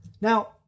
Now